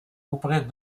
auprès